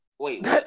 Wait